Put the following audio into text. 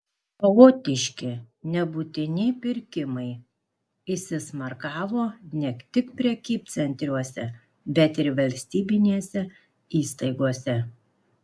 chaotiški nebūtini pirkimai įsismarkavo ne tik prekybcentriuose bet ir valstybinėse įstaigose